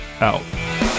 out